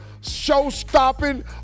show-stopping